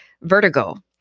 vertigo